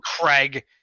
Craig